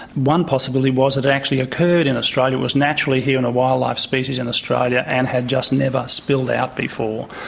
one possibility was it actually occurred in australia, was naturally here in a wildlife species in australia and had just never spilled out before.